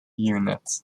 unit